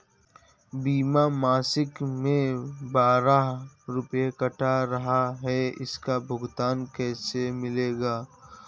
बीमा मासिक में बारह रुपय काट रहा है इसका भुगतान कैसे मिलेगा?